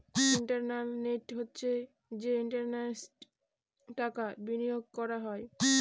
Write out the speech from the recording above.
internal rate হচ্ছে যে ইন্টারেস্টে টাকা বিনিয়োগ করা হয়